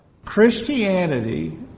Christianity